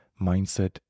mindset